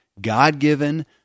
God-given